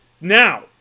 Now